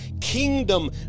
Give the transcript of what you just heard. kingdom